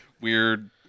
weird